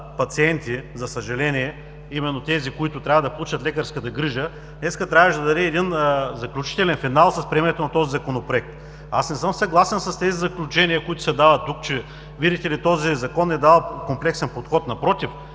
пациенти, за съжаление, именно тези, които трябва да получат лекарската грижа, днес трябваше да даде заключителен финал с приемането на този Законопроект. Не съм съгласен с тези заключения, които се дават тук, че, видите ли, този Закон не дава комплексен подход. Напротив,